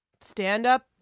stand-up